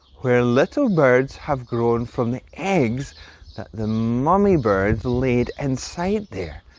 where little birds have grown from the eggs that the mummy birds laid inside there.